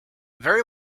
very